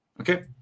Okay